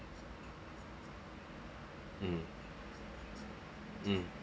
mm mm